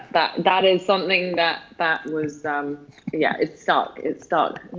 that that is something that that was um yeah, it stuck. it stuck.